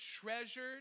treasured